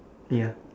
ya